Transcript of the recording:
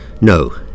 No